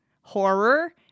horror